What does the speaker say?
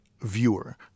viewer